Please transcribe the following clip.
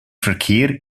verkehr